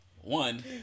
One